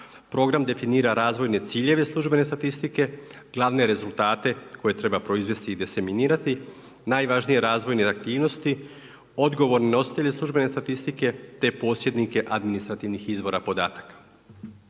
Program definira razvojne ciljeve službene statistike, glavne rezultate koje treba proizvesti i desiminirati, najvažnije razvojne aktivnosti, odgovorni nositelji službene statistike te posjednike administrativnih izvora podataka.